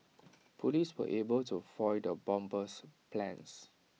Police were able to foil the bomber's plans